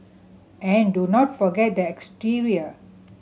and do not forget the exterior